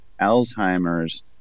Alzheimer's